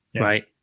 right